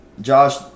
Josh